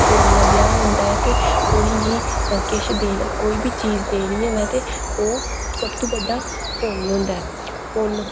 कुड़ियें दा ब्याह् होंदा ऐ ते उ'नेंगी किश देऐ कोई बी चीज देनी होए ते ओह् सब तूं बड़ा पुन्न होंदा ऐ पुन्न